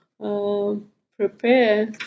prepare